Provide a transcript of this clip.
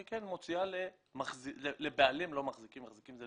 היא כן מוציאה לבעלים, לא מחזיקים, בעלים